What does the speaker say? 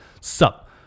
sup